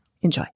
Enjoy